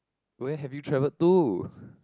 where have you travelled to